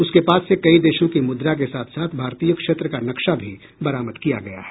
उसके पास से कई देशों की मुद्रा के साथ साथ भारतीय क्षेत्र का नक्शा भी बरामद किया गया है